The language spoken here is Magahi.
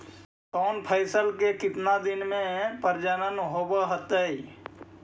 कौन फैसल के कितना दिन मे परजनन होब हय?